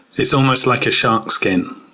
it's almost like a shark skin,